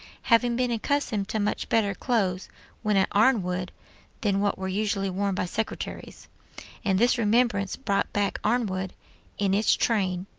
having been accustomed to much better clothes when at arnwood than what were usually worn by secretaries and this remembrance brought back arnwood in its train,